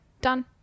done